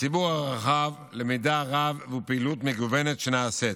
והציבור הרחב למידע רב ופעילות מגוונת שנעשית.